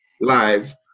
live